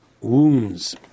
wounds